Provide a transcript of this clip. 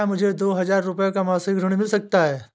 क्या मुझे दो हजार रूपए का मासिक ऋण मिल सकता है?